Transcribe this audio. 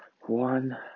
One